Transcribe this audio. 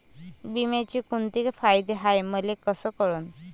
बिम्याचे कुंते फायदे हाय मले कस कळन?